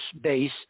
base